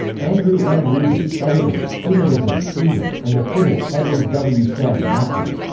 andrew n. rubin, editor, humanism, freedom, and the critic edward w. said and after.